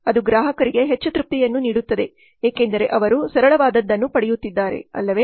ಅದು ಗ್ರಾಹಕರಿಗೆ ಹೆಚ್ಚು ತೃಪ್ತಿಯನ್ನು ನೀಡುತ್ತದೆ ಏಕೆಂದರೆ ಅವರು ಸರಳವಾದದ್ದನ್ನು ಪಡೆಯುತ್ತಿದ್ದಾರೆ ಅಲ್ಲವೇ